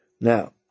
Now